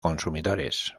consumidores